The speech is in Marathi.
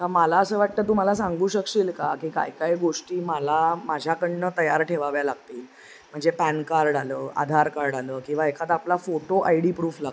मला असं वाटतं तुम्हाला सांगू शकशील का की काय काय गोष्टी मला माझ्याकडनं तयार ठेवाव्या लागतील म्हणजे पॅन कार्ड आलं आधार कार्ड आलं किंवा एखादा आपला फोटो आयडी प्रूफ लागतो